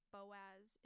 Boaz